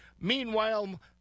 Meanwhile